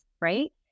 right